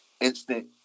instant